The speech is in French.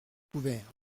couvert